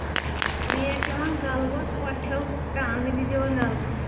ترٛیش چٮ۪وان غلبہٕ کۄٹھیو ٹانگہٕ تہِ دِوان غلبہٕ